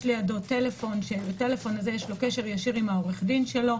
יש לידו טלפון שבו יש לו קשר ישיר עם עורך הדין שלו,